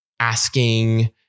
asking